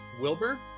Wilbur